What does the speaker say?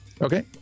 Okay